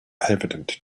evident